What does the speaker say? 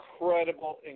incredible